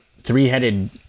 three-headed